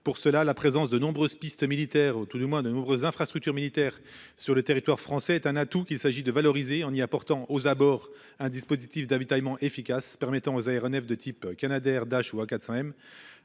Pour cela, la présence de nombreuses pistes militaires ou tout du moins de nombreuses infrastructures militaires sur le territoire français est un atout qu'il s'agit de valoriser en y apportant aux abords, un dispositif d'avitaillement efficace permettant aux aéronefs de type Canadair d'âge ou à